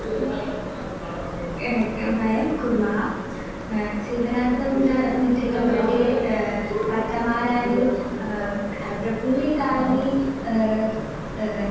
वयं कुर्मः सीवनार्थं यदा निट्टिङ्गं कृते वर्तमानानि प्रफुल्लितानि